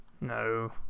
No